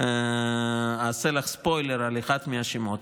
אעשה לך ספוילר על אחד מהשמות.